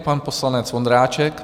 Pan poslanec Vondráček.